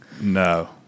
No